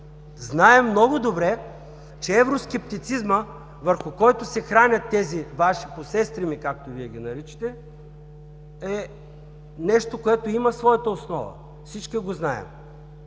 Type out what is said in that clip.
Знаем много добре, че евроскептицизмът, върху който се хранят тези Ваши „посестрими“, както Вие ги наричате, е нещо, което има своята основа. Всички го знаят!